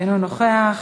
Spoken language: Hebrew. אינו נוכח,